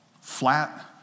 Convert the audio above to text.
flat